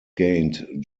gained